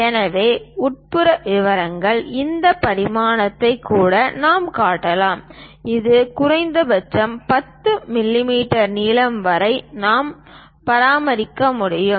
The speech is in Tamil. எனவே உட்புற விவரங்கள் இந்த பரிமாணத்தைக் கூட நாம் காட்டலாம் இது குறைந்தபட்சம் 10 மிமீ நீளம் வரை நாம் பராமரிக்க முடியும்